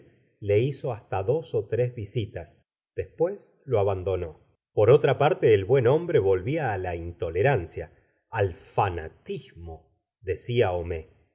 le hizo hasta dos ó tres visitas después lo abandonó por otra parte el buen hombre volvía á la intolerancia al fanatismo decía homais